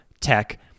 tech